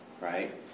right